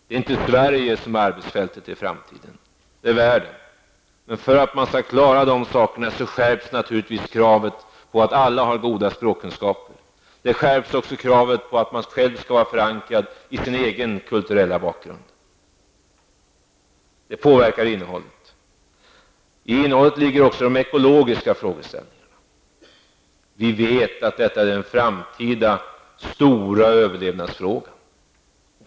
Det är inte Sverige som är arbetsfältet i framtiden. Det är världen. För att man skall klara det skärps naturligtvis kravet på att alla har goda språkkunskaper. Kravet på att man själv skall vara förankrad i sin egen kulturella bakgrund skärps också. Det påverkar innehållet. I innehållet ligger också de ekologiska frågeställningarna. Vi vet att detta är den framtida stora överlevnadsfrågan.